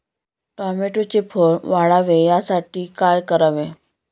टोमॅटोचे फळ वाढावे यासाठी काय करावे?